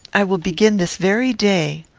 i will begin this very day.